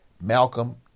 Malcolm